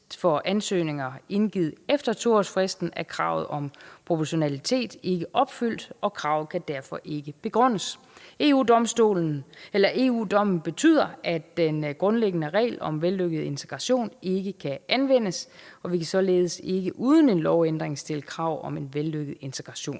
for ansøgninger indgivet efter 2-årsfristen, er kravet om proportionalitet ikke opfyldt, og kravet kan derfor ikke begrundes. EU-dommen betyder, at den grundlæggende regel om vellykket integration ikke kan anvendes, og vi kan således ikke uden en lovændring stille krav om en vellykket integration.